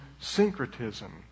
syncretism